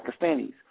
Pakistanis